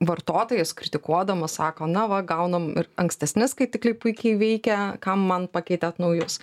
vartotojas kritikuodamas sako na va gaunam ir ankstesni skaitikliai puikiai veikia kam man pakeitėt naujus